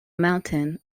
mountain